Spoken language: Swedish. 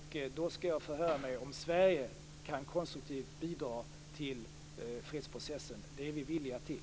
Då skall jag förhöra mig om Sverige kan bidra konstruktivt till fredsprocessen. Det är vi villiga till.